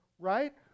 Right